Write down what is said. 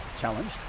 challenged